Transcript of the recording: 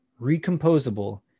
recomposable